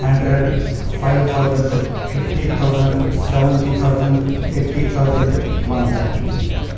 hundred five thousand fifty thousand seventy thousand eighty thousand one lakh